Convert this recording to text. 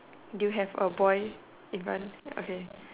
do you have a boy in front okay